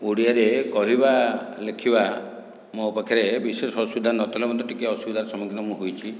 ଓଡ଼ିଆରେ କହିବା ଲେଖିବା ମୋ ପକ୍ଷରେ ବିଶେଷ ଅସୁବିଧା ନଥିଲା ମୋତେ ଟିକେ ଅସୁବିଧାର ସମ୍ମୁଖୀନ ମୁଁ ହୋଇଛି